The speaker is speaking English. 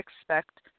expect